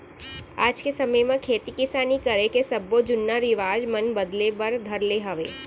आज के समे म खेती किसानी करे के सब्बो जुन्ना रिवाज मन बदले बर धर ले हवय